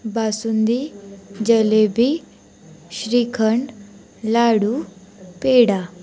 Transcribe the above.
basundi jalebi shrikhand ladoo peda